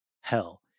Hell